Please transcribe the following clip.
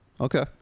Okay